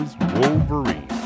wolverine